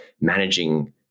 managing